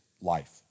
life